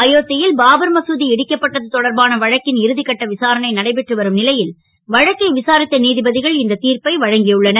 அயோ த் ல் பாபர் மது இடிக்கப்பட்டது தொடர்பான வழக்கின் இறு கட்ட விசாரணை நடைபெற்று வரும் லை ல் வழக்கை விசாரித்த நீ ப கள் இந்த திர்ப்பை வழங்கியுள்ளனர்